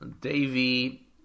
Davey